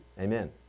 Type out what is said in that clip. Amen